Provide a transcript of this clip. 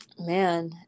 man